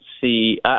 see